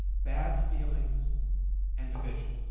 bad feelings and division.